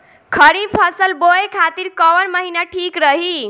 खरिफ फसल बोए खातिर कवन महीना ठीक रही?